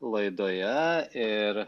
laidoje ir